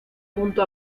punto